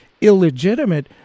illegitimate